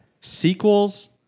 sequels